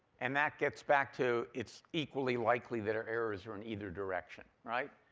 and that gets back to, it's equally likely that our errors are in either direction, right?